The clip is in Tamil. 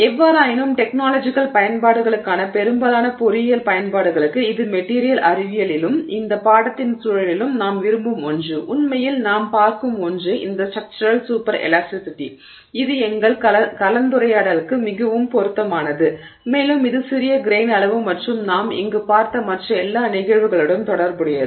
எவ்வாறாயினும் டெக்னாலஜிக்கல் பயன்பாடுகளுக்கான பெரும்பாலான பொறியியல் பயன்பாடுகளுக்கு இது மெட்டீரியல் அறிவியலிலும் இந்த பாடத்தின் சூழலிலும் நாம் விரும்பும் ஒன்று உண்மையில் நாம் பார்க்கும் ஒன்று இந்த ஸ்ட்ரக்சுரல் சூப்பர் எலாஸ்டிஸிட்டி இது எங்கள் கலந்துரையாடலுக்கு மிகவும் பொருத்தமானது மேலும் இது சிறிய கிரெய்ன் அளவு மற்றும் நாம் இங்கு பார்த்த மற்ற எல்லா நிகழ்வுகளுடன் தொடர்புடையது